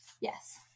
yes